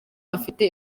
afite